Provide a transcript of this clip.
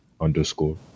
underscore